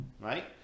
right